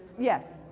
Yes